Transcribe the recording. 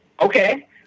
okay